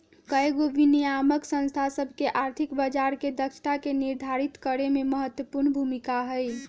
कयगो विनियामक संस्था सभ के आर्थिक बजार के दक्षता के निर्धारित करेमे महत्वपूर्ण भूमिका हइ